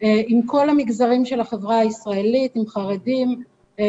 בכל המגזרים של החברה הישראלית: חרדים,